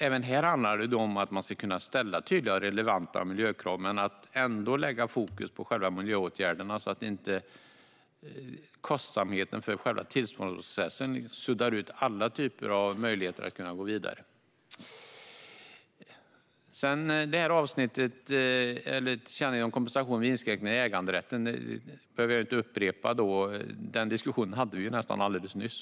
Även här handlar det om att man ska kunna ställa tydliga och relevanta miljökrav men ändå lägga fokus på själva miljöåtgärderna, så att inte kostnaderna för själva tillståndsprocessen suddar utan alla typer av möjligheter att gå vidare. Tillkännagivandet om kompensation vid inskränkningar i äganderätten behöver jag inte upprepa. Vi hade denna diskussion nästan alldeles nyss.